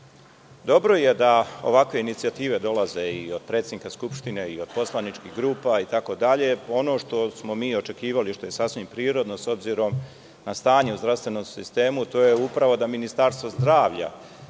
Dobro je da ovakve inicijative dolaze i od predsednika Skupštine i od poslaničkih grupa itd. Ono što smo mi očekivali i što je sasvim prirodno, s obzirom na stanje u zdravstvenom sistemu, to je upravo da Ministarstvo zdravlja,